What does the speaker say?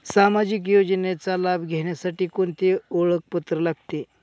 सामाजिक योजनेचा लाभ घेण्यासाठी कोणते ओळखपत्र लागते?